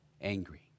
angry